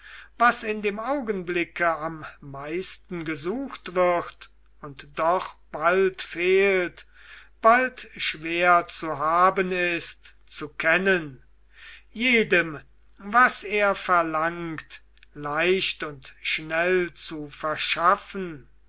was in dem augenblicke am meisten gesucht wird und doch bald fehlt bald schwer zu haben ist zu kennen jedem was er verlangt leicht und schnell zu verschaffen